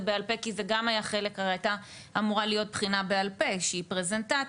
בעל פה כי הייתה אמורה להיות בחינה בעל-פה שהיא פרזנטציה,